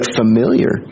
familiar